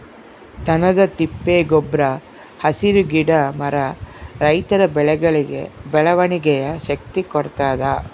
ದನದ ತಿಪ್ಪೆ ಗೊಬ್ರ ಹಸಿರು ಗಿಡ ಮರ ರೈತರ ಬೆಳೆಗಳಿಗೆ ಬೆಳವಣಿಗೆಯ ಶಕ್ತಿ ಕೊಡ್ತಾದ